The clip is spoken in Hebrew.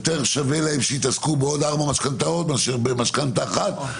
יותר שווה להם שיתעסקו בעוד ארבע משכנתאות מאשר במשכנתה אחת,